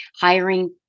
hiring